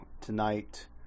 tonight